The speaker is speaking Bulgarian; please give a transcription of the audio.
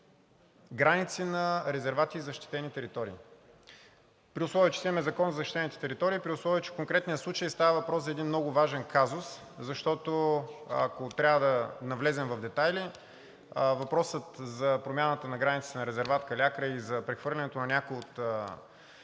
граници на резервати и защитени територии. При условие че си имаме Закон за защитените територии, при условие че в конкретния случай става въпрос за един много важен казус, защото, ако трябва да навлезем в детайли, въпросът за промяната на границите на резерват „Калиакра“ или за прехвърлянето на някои от